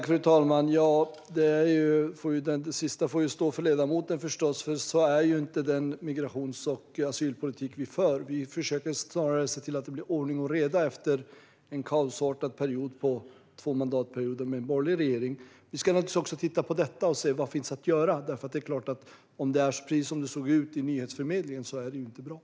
Fru talman! Det sista får stå för ledamoten, för så är inte den migrations och asylpolitik som vi för. Snarare försöker vi se till att det blir ordning och reda efter två kaosartade mandatperioder med borgerlig regering. Vi ska naturligtvis titta på detta och se vad som finns att göra. Om det är som det såg ut i nyhetsförmedlingen är det klart att det inte är bra.